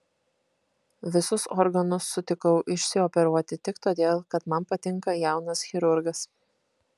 visus organus sutikau išsioperuoti tik todėl kad man patinka jaunas chirurgas